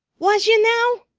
was yer now?